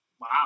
Wow